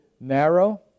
narrow